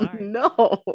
no